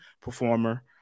performer